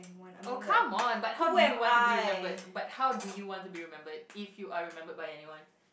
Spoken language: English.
oh come on but how did you want to be remembered but how do you want to be remembered if you are remembered by anyone